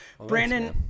Brandon –